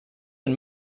and